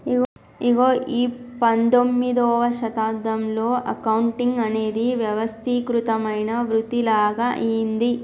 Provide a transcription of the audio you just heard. ఇగో ఈ పందొమ్మిదవ శతాబ్దంలో అకౌంటింగ్ అనేది వ్యవస్థీకృతమైన వృతిలాగ అయ్యింది